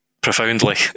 profoundly